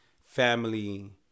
family